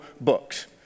books